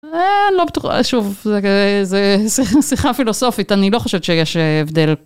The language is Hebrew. לא בטוחה שוב זה שיחה פילוסופית אני לא חושבת שיש הבדל.